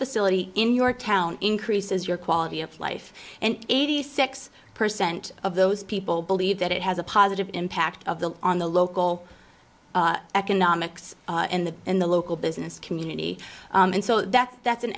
facility in your town increases your quality of life and eighty six percent of those people believe that it has a positive impact of the on the local economics in the in the local business community and so that's that's an